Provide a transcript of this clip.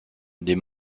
des